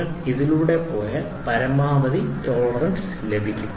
നിങ്ങൾ ഇതിലൂടെ പോയാൽ പരമാവധി ടോളറൻസ് ലഭിക്കും